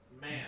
Man